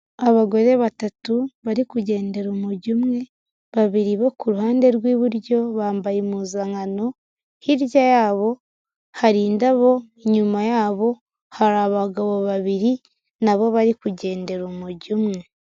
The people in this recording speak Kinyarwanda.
Abagore batatu bari kugendera umujyo umwe, babiri bo ku ruhande rw'iburyo bambaye impuzankano, hirya yabo hari indabo, inyuma yabo hari abagabo babiri, na bo bari kugendera umujyo umwe.